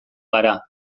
gara